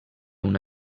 una